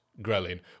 ghrelin